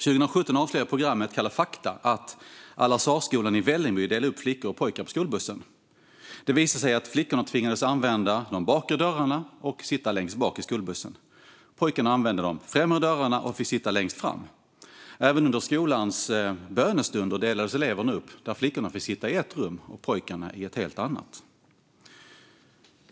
År 2017 avslöjade programmet Kalla fakta att Al-Azharskolan i Vällingby delade upp flickor och pojkar på skolbussen. Det visade sig att flickorna tvingades använda de bakre dörrarna och sitta längst bak, medan pojkarna använde de främre dörrarna och fick sitta längst fram. Även under skolans bönestunder delades eleverna upp, och flickorna fick sitta i ett rum och pojkarna i ett annat.